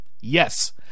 yes